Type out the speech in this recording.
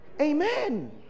Amen